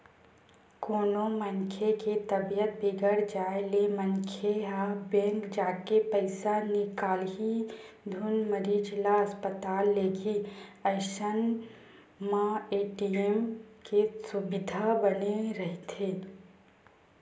कोनो मनखे के तबीयत बिगड़ जाय ले मनखे ह बेंक जाके पइसा निकालही धुन मरीज ल अस्पताल लेगही अइसन म ए.टी.एम के सुबिधा बने रहिथे